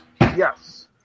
Yes